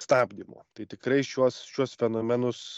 stabdymu tai tikrai šiuos šiuos fenomenus